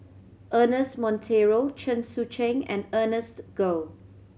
Ernest Monteiro Chen Sucheng and Ernest Goh